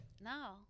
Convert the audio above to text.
No